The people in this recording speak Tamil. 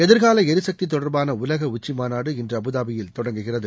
எதிர்கால எரிசக்தி தொடர்பான உலக உச்சிமாநாடு இன்று அபுதாபியில் தொடங்குகிறது